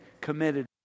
committed